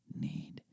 need